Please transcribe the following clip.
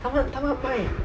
他们他们卖